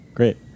Great